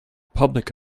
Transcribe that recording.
public